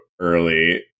early